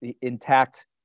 intact